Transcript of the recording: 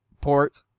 port